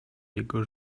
jego